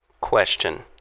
Question